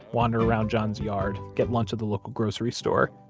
wander around john's yard, get lunch at the local grocery store.